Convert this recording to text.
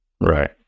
Right